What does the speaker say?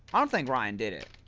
i don't think ryan did it